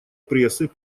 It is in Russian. прессы